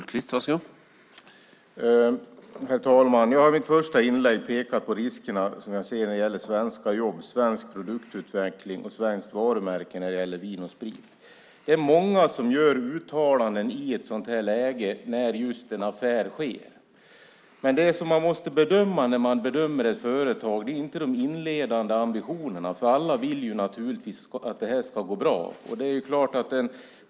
Herr talman! Jag pekade i mitt första inlägg på de risker som jag ser för svenska jobb, svensk produktutveckling och svenskt varumärke när det gäller Vin & Sprit. Det är många som gör uttalanden i ett sådant här läge, just när en affär sker. Men det som man måste bedöma när man bedömer ett företag är inte de inledande ambitionerna, för alla vill naturligtvis att det ska gå bra.